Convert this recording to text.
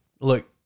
look